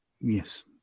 Yes